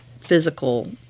physical